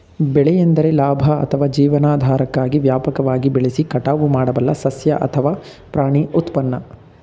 ಬೆಳೆ ಎಂದರೆ ಲಾಭ ಅಥವಾ ಜೀವನಾಧಾರಕ್ಕಾಗಿ ವ್ಯಾಪಕವಾಗಿ ಬೆಳೆಸಿ ಕಟಾವು ಮಾಡಬಲ್ಲ ಸಸ್ಯ ಅಥವಾ ಪ್ರಾಣಿ ಉತ್ಪನ್ನ